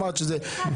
אחת.